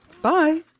Bye